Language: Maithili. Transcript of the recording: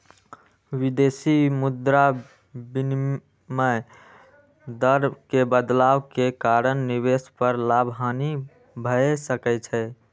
विदेशी मुद्रा विनिमय दर मे बदलाव के कारण निवेश पर लाभ, हानि भए सकै छै